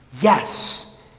Yes